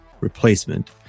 replacement